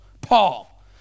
Paul